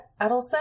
Adelson